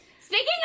Speaking